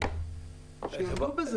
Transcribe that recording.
שיעמדו בזה.